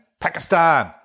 Pakistan